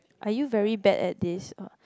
are you very bad at this